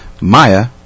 Maya